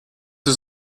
was